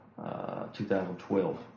2012